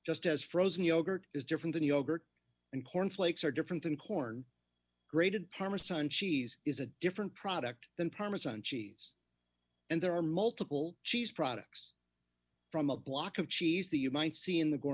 just as frozen yogurt is different than yogurt and cornflakes are different than corn grated parmesan cheese is a different product than parmesan cheese and there are multiple cheese products from a block of cheese that you might see in the gor